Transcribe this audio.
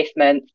placements